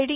D